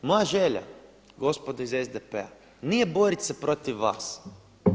Moja je želja gospodo iz SDP-a nije borit se protiv vas.